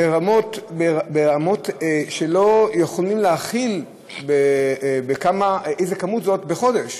ברמות שלא יכולים להכיל איזו כמות זאת בחודש.